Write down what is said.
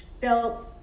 built